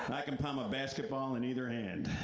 i can palm a basketball in either hand.